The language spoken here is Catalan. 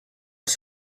els